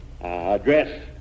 address